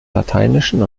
lateinischen